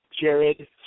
Jared